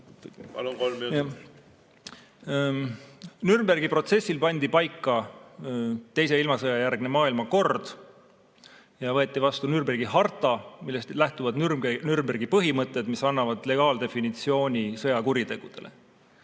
Nürnbergi protsessil pandi paika teise ilmasõja järgne maailmakord ja võeti vastu Nürnbergi harta, millest lähtuvad Nürnbergi põhimõtted, mis annavad sõjakuritegude